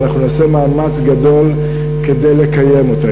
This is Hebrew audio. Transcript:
ואנחנו נעשה מאמץ גדול כדי לקיים אותה.